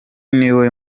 niwe